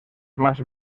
smash